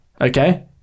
Okay